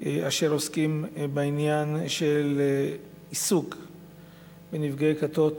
אשר עוסקים בעניין של נפגעי כתות,